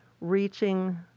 reaching